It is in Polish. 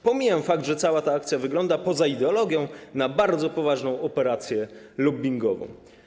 Pomijam fakt, że cała ta akcja wygląda poza ideologią na bardzo poważną operację lobbingową.